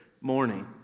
morning